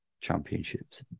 championships